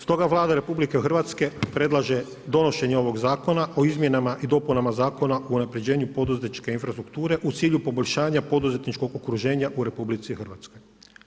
Stoga Vlada RH predlaže donošenje ovog zakona o izmjenama i dopunama Zakona o unapređenju poduzetničke infrastrukture u cilju poboljšanja poduzetničkog okruženja u RH.